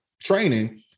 training